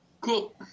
cool